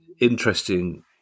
interesting